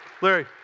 Larry